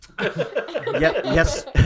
Yes